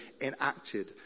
enacted